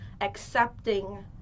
accepting